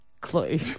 clue